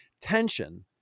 tension